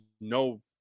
no